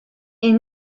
est